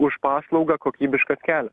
už paslaugą kokybiškas kel